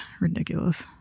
ridiculous